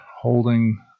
holding